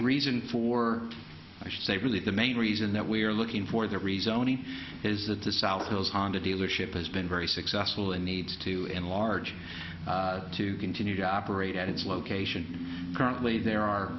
reason for i should say really the main reason that we are looking for the rezoning is that the south hills honda dealership has been very successful and needs to enlarge to continue to operate at its location currently there